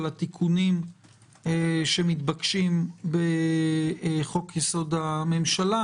על התיקונים שמתבקשים בחוק-יסוד: הממשלה